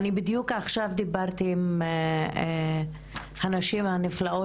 ואני בדיוק עכשיו דיברתי עם הנשים הנפלאות